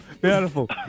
beautiful